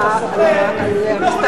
זה עניין אחר.